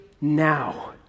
now